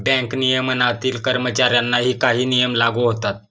bank नियमनातील कर्मचाऱ्यांनाही काही नियम लागू होतात